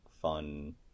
fun